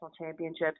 championships